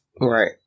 Right